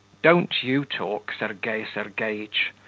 don't you talk, sergei sergeitch!